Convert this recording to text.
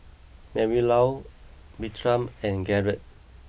Marylou Bertram and Garett